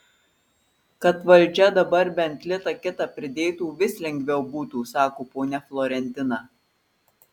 kad valdžia dabar bent litą kitą pridėtų vis lengviau būtų sako ponia florentina